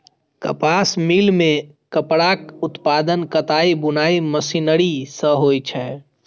कपास मिल मे कपड़ाक उत्पादन कताइ बुनाइ मशीनरी सं होइ छै